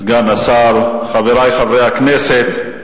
סגן השר, חברי חברי הכנסת,